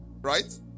right